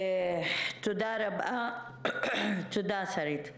תודה רבה, שרית.